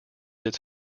its